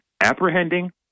Apprehending